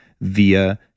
via